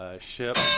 Ship